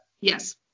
Yes